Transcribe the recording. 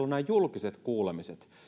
on nämä julkiset kuulemiset